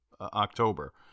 October